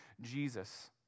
Jesus